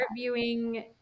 interviewing